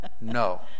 no